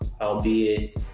albeit